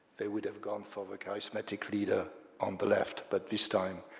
they would have gone for the charismatic leader on the left. but this time,